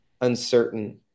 uncertain